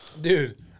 Dude